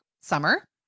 summer